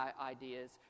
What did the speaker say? ideas